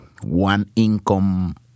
one-income